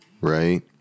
Right